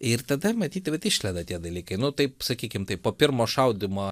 ir tada matyt vat išleda tie dalykai nu taip sakykim taip po pirmo šaudymo